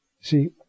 see